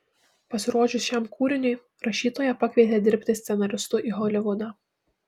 pasirodžius šiam kūriniui rašytoją pakvietė dirbti scenaristu į holivudą